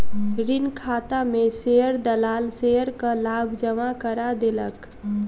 ऋण खाता में शेयर दलाल शेयरक लाभ जमा करा देलक